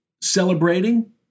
celebrating